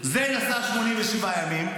השר הזה נסע ל-87 ימים,